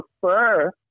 prefer